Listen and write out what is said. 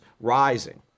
rising